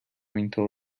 اینطور